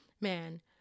man